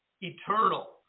eternal